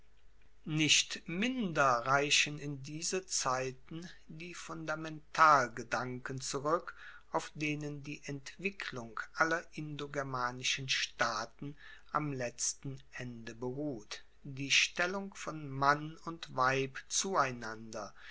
nicht minder reichen in diese zeiten die fundamentalgedanken zurueck auf denen die entwicklung aller indogermanischen staaten am letzten ende beruht die stellung von mann und weib zueinander